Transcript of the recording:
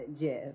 Jeff